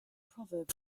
proverb